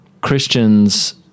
Christians